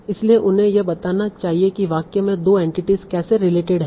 इसलिए उन्हें यह बताना चाहिए कि वाक्य में 2 एंटिटीस कैसे रिलेटेड हैं